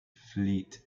fleet